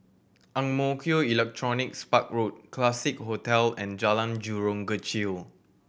Ang Mo Kio Electronics Park Road Classique Hotel and Jalan Jurong Kechil